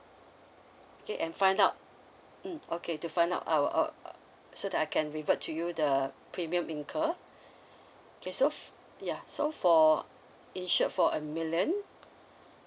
okay and find out mm okay to find out our err uh so that I can revert to you the premium incur okay so ya so for insured for a million